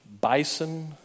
bison